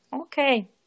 Okay